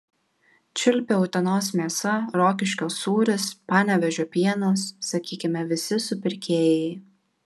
čiulpia utenos mėsa rokiškio sūris panevėžio pienas sakykime visi supirkėjai